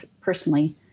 personally